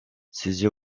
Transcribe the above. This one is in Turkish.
sizce